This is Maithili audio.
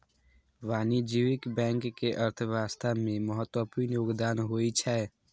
वाणिज्यिक बैंक के अर्थव्यवस्था मे महत्वपूर्ण योगदान होइ छै